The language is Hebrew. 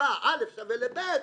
א' שווה לב',